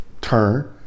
turn